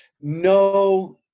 No